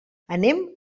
anem